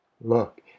Look